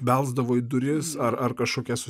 belsdavo į duris ar ar kažkokias